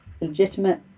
legitimate